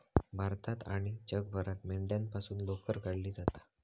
भारतात आणि जगभरात मेंढ्यांपासून लोकर काढली जाता